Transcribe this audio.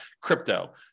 crypto